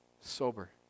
sober